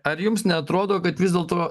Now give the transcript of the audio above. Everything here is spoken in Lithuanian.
ar jums neatrodo kad vis dėlto